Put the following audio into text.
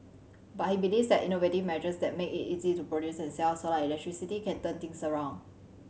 but he believes that innovative measures that make it easy to produce and sell solar electricity can turn things around